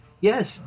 Yes